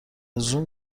زوم